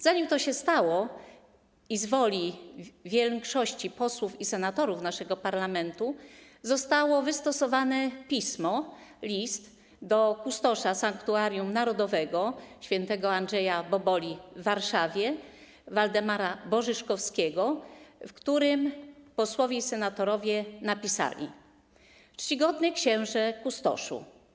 Zanim to się stało, z woli większości posłów i senatorów naszego parlamentu zostało wystosowane pismo, list do kustosza Sanktuarium Narodowego św. Andrzeja Boboli w Warszawie Waldemara Borzyszkowskiego, w którym posłowie i senatorowie napisali: Czcigodny Księże Kustoszu!